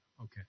Okay